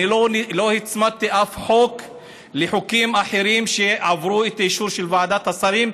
לא הצמדתי אף חוק לחוקים אחרים שעברו את האישור של ועדת השרים,